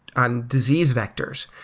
on disease vectors.